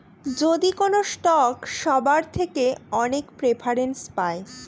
যদি কোনো স্টক সবার থেকে অনেক প্রেফারেন্স পায়